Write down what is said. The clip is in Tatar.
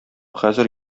хәзер